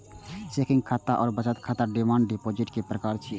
checking खाता आ बचत खाता डिमांड डिपोजिट के प्रकार छियै